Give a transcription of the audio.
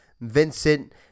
Vincent